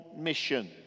mission